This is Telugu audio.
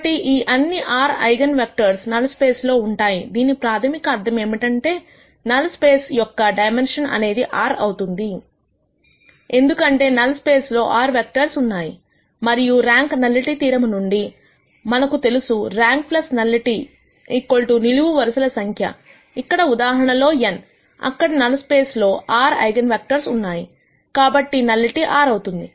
కాబట్టి ఈ అన్ని r eigen vectors null space లో ఉంటాయి దీని ప్రాథమిక అర్థం ఏమిటంటే నల్ స్పేస్ యొక్క డైమెన్షన్ అనేది r అవుతుంది ఎందుకంటే నల్ స్పేస్ లో r వెక్టర్స్ ఉన్నాయి మరియు ర్యాంక్ నల్లిటి థీరమ్ నుండి మనకు తెలుసు ర్యాంక్ నల్లిటి నిలువు వరుసల సంఖ్య ఇక్కడ ఉదాహరణలో n అక్కడ నల్ స్పేస్ లో r ఐగన్ వెక్టర్స్ ఉన్నాయి కాబట్టి నల్లిటి r అవుతుంది